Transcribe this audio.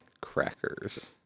Crackers